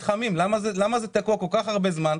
למה זה תקוע כל כך הרבה זמן?